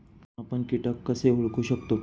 आपण कीटक कसे ओळखू शकतो?